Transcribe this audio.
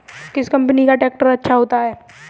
किस कंपनी का ट्रैक्टर अच्छा होता है?